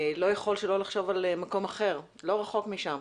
לא יכול שלא לחשוב על מקום אחר, לא רחוק משם,